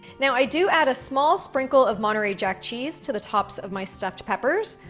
now i do add a small sprinkle of monterey jack cheese to the tops of my stuffed peppers,